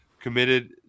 committed